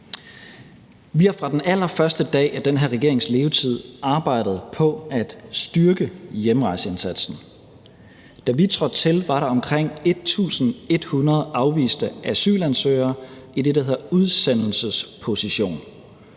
Vi har fra den allerførste dag af den her regerings levetid arbejdet på at styrke hjemrejseindsatsen. Da vi trådte til, var der omkring 1.100 afviste asylansøgere i det, der hedder udsendelsesposition.